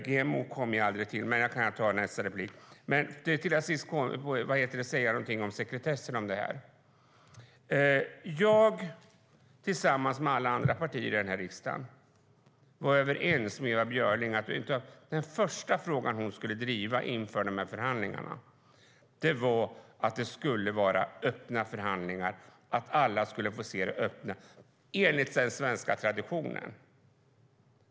GMO kan jag ta upp i nästa inlägg. Men jag ska till sist säga någonting om sekretessen i detta sammanhang. Jag tillsammans med andra i alla de andra partierna i denna riksdag var överens med Ewa Björling om att den första frågan som hon skulle driva inför dessa förhandlingar var att det skulle vara öppna förhandlingar enligt den svenska traditionen.